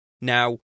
Now